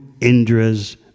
Indra's